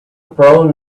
problem